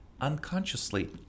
unconsciously